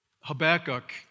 Habakkuk